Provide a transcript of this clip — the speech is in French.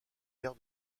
air